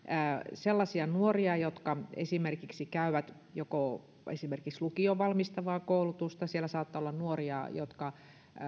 sellaisia nuoria jotka käyvät esimerkiksi lukion valmistavaa koulutusta siellä saattaa olla nuoria jotka